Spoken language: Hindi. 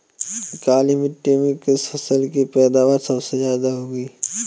काली मिट्टी में किस फसल की पैदावार सबसे ज्यादा होगी?